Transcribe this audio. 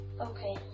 Okay